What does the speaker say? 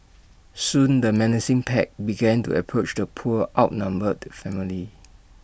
soon the menacing pack began to approach the poor outnumbered family